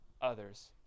others